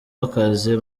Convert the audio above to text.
w’akazi